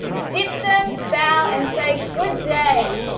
dip them, bow and say good day